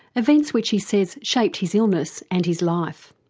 events which he says shaped his illness and his life.